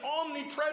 omnipresent